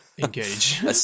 engage